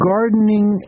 Gardening